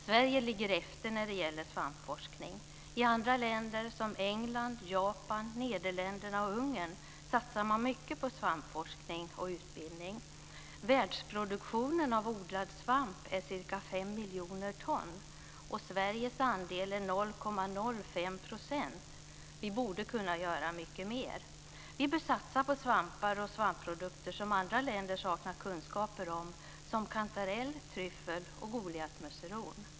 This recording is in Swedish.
Sverige ligger efter när det gäller svampforskning. I andra länder som England, Japan, Nederländerna och Ungern satsar man mycket på svampforskning och utbildning. Världsproduktionen av odlad svamp är cirka fem miljoner ton, och Sveriges andel är 0,05 %. Vi borde kunna göra mycket mer. Vi bör satsa på svampar och svampprodukter som andra länder saknar kunskaper om, såsom kantarell, tryffel och goliatmusseron.